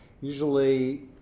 usually